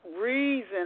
reason